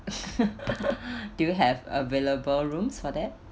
do you have available rooms for that